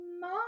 Mom